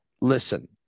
Listen